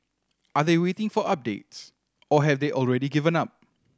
are they waiting for updates or have they already given up